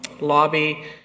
lobby